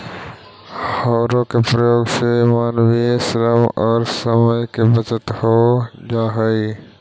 हौरो के प्रयोग से मानवीय श्रम औउर समय के बचत हो जा हई